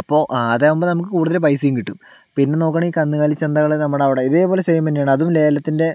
അപ്പോ അതാവുമ്പോൾ നമുക്ക് കൂടുതലും പൈസയും കിട്ടും പിന്നെ നോക്കുകയാണെങ്കിൽ കന്നുകാലി ചന്തകൾ നമ്മുടെ എവിടെ ഇതേപോലെ സെയിം തന്നെയാണ് അതും ലേലത്തിൻ്റെ